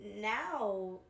now